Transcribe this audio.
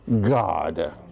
God